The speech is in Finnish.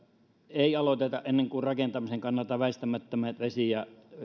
ei aloiteta ennen kuin rakentamisen kannalta väistämättömät